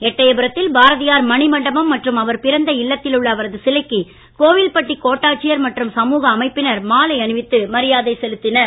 எட்டையபுரத்தில் பாரதியார் மணி மண்டபம் மற்றும் அவர் பிறந்த இல்லத்தில் உள்ள அவரது சிலைக்கு கோவில்பட்டி கோட்டாட்சியர் மற்றும் சமூக அமைப்பினர் மாலை அணிவித்து மரியாதை செலுத்தினர்